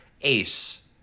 ace